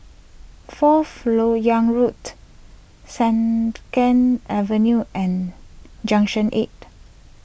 Fourth Lok Yang Road send ken Avenue and Junction eight